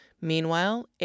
Meanwhile